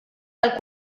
tal